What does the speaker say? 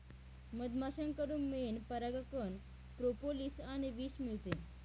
मधमाश्यांकडून मेण, परागकण, प्रोपोलिस आणि विष मिळते